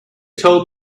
told